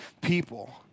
people